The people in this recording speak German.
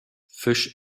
fisch